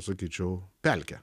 sakyčiau pelkę